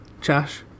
Josh